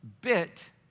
bit